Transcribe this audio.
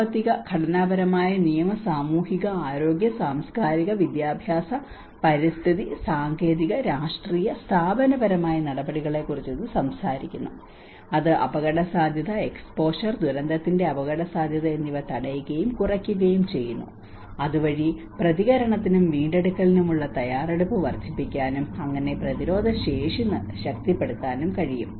സാമ്പത്തിക ഘടനാപരമായ നിയമ സാമൂഹിക ആരോഗ്യ സാംസ്കാരിക വിദ്യാഭ്യാസ പരിസ്ഥിതി സാങ്കേതിക രാഷ്ട്രീയ സ്ഥാപനപരമായ നടപടികളെക്കുറിച്ച് ഇത് സംസാരിക്കുന്നു അത് അപകടസാധ്യത എക്സ്പോഷർ ദുരന്തത്തിന്റെ അപകടസാധ്യത എന്നിവ തടയുകയും കുറയ്ക്കുകയും ചെയ്യുന്നു അതുവഴി പ്രതികരണത്തിനും വീണ്ടെടുക്കലിനുമുള്ള തയ്യാറെടുപ്പ് വർദ്ധിപ്പിക്കാനും അങ്ങനെ പ്രതിരോധശേഷി ശക്തിപ്പെടുത്താനും കഴിയും